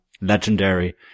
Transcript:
legendary